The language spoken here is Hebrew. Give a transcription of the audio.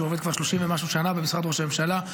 עובד כבר 30 ומשהו שנה במשרד ראש הממשלה,